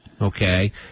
okay